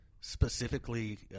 specifically